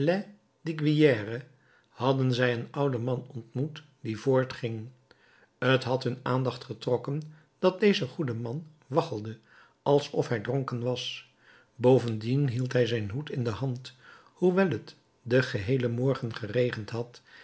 lesdiguières hadden zij een ouden man ontmoet die voortging t had hun aandacht getrokken dat deze goede man waggelde alsof hij dronken was bovendien hield hij zijn hoed in de hand hoewel t den geheelen morgen geregend had